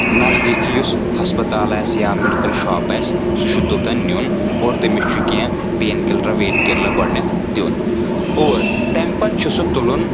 نزدیٖکی یُس ہسپتال آسہِ یا میڈکل شاپ آسہِ سُہ چھُ توتَن نیُن اور تٔمِس چھُ کینٛہہ پَینٛکِلرا وَینٛکِلرا گۄڈنیٚتھ دیُن اور تَمہِ پتہٕ چھُ سُہ تُلُن